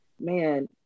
Man